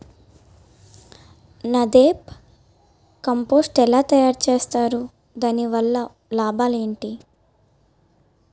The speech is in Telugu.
నదెప్ కంపోస్టు ఎలా తయారు చేస్తారు? దాని వల్ల లాభాలు ఏంటి?